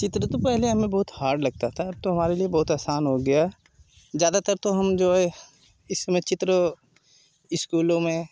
चित्र तो पहले हमें बहुत हार्ड लगता था तो हमारे लिए बहुत आसान हो गया ज्यादातर तो हम जो है इस समय चित्र स्कूलों में